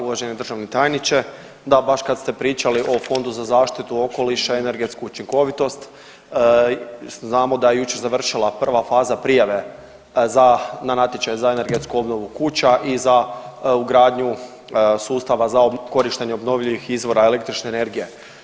Uvaženi državni tajniče, da baš kad ste pričali o Fondu za zaštitu okoliša i energetsku učinkovitost znamo da je jučer završila prva faza prijave za, na natječaj za energetsku obnovu kuća i za ugradnju sustava za korištenje obnovljivih izvora električne energije.